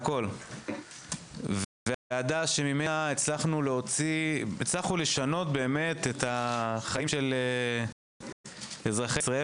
זו ועדה שממנה הצלחנו באמת לשנות את חייהם של אזרחי ישראל,